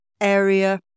area